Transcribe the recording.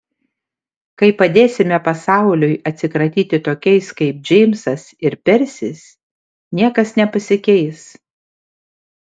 kai padėsime pasauliui atsikratyti tokiais kaip džeimsas ir persis niekas nepasikeis